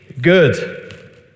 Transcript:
good